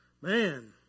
man